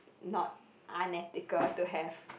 not unethical to have